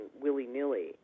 willy-nilly